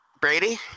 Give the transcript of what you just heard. Brady